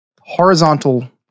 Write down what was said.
horizontal